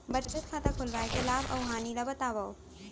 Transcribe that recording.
बचत खाता खोलवाय के लाभ अऊ हानि ला बतावव?